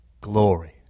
glory